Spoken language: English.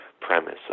premise